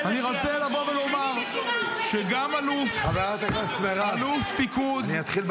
אני רוצה לבוא ולומר שגם אלוף הפיקוד --- אני מכירה